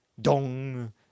Dong